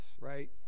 right